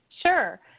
Sure